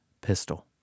pistol